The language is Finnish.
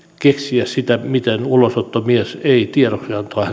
keksiä miten ulosottomies ei tiedoksiantoa